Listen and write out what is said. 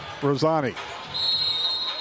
Rosani